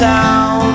Town